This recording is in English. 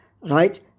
right